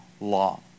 law